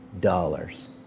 dollars